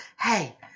hey